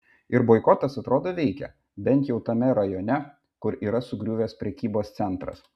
ir boikotas atrodo veikia bent jau tame rajone kur yra sugriuvęs prekybos centras